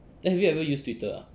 have you ever use Twitter ah